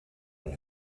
een